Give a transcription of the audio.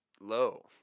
low